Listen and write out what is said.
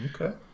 Okay